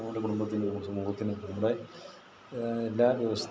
നമ്മുടെ കുടുംബത്തിൽ എല്ലാ വ്യവസ്ഥ